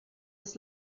das